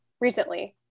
recently